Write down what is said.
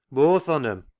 booath on em.